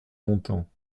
longtemps